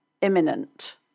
imminent